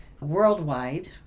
Worldwide